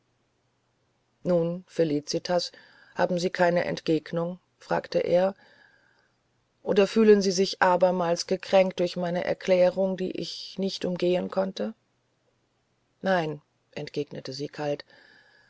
nun felicitas haben sie keine entgegnung fragte er oder fühlen sie sich abermals gekränkt durch meine erklärung die ich nicht umgehen konnte nein entgegnete sie kalt